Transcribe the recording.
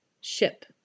ship